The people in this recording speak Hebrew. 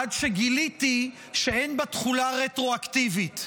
עד שגיליתי שאין בה תחולה רטרואקטיבית,